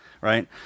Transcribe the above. Right